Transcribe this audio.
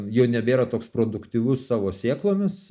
jau nebėra toks produktyvus savo sėklomis